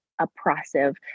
oppressive